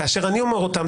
כאשר אני אומר אותם,